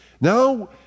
Now